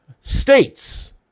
states